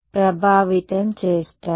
విద్యార్థి సార్